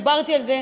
דיברתי על זה,